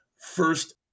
first